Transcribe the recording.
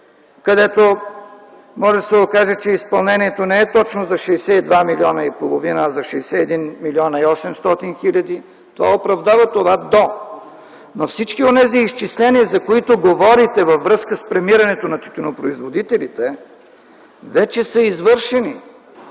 където може да се окаже, че изпълнението не е точно за 62,5 млн. лв., а за 61,8 млн. лв., това оправдава предлога „до”, но всички онези изчисления, за които говорите във връзка с премирането на тютюнопроизводителите, вече са извършени.